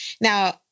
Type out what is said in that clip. Now